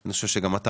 אני חושב שגם אתה,